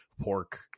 pork